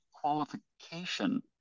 qualification